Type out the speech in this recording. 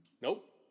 nope